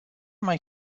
mai